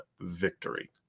victory